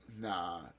Nah